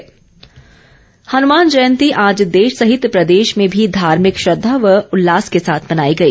हनुमान जयंती हनुमान जयंती आज देश सहित प्रदेश में भी धार्मिक श्रद्वा व उल्लास के साथ मनाई गई